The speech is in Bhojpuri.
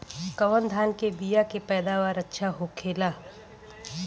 कवन धान के बीया के पैदावार अच्छा होखेला?